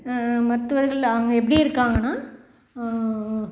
மருத்துவர்கள் அங்கே எப்படி இருக்காங்கன்னால்